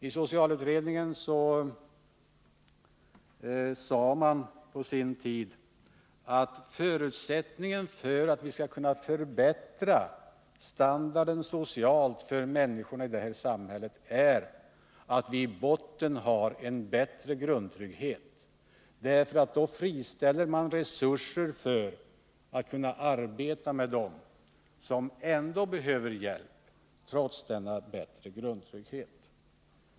I socialutredningen sade man på sin tid att förutsättningen för att vi skall kunna förbättra standarden socialt för människorna i det här samhället är att det i botten finns en bättre grundtrygghet, därför att då friställer man resurser för att kunna arbeta med dem som ändå behöver hjälp trots denna grundtrygghet.